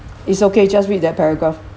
it's okay just read that paragraph